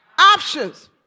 Options